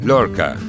Lorca